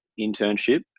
internship